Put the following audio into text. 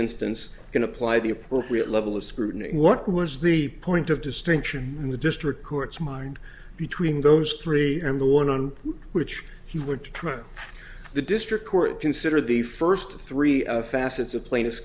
instance can apply the appropriate level of scrutiny what was the point of distinction in the district court's mind between those three and the one on which he were to try the district court consider the first three of facets of plaintiff